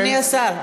אדוני השר,